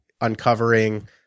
uncovering